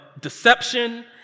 deception